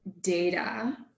data